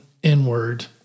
Inward